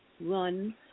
run